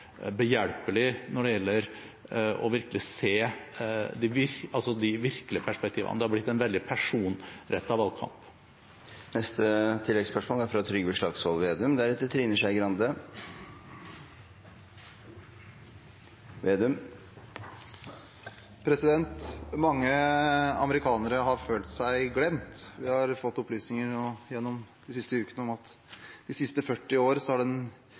behjelpelig når det gjelder å se de virkelige perspektivene. Det har blitt en veldig personrettet valgkamp. Trygve Slagsvold Vedum – til oppfølgingsspørsmål. Mange amerikanere har følt seg glemt. Gjennom de siste ukene har vi fått opplysninger om at de siste 40 år har den